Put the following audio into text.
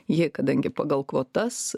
ji kadangi pagal kvotas